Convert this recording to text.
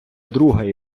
друга